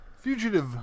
Fugitive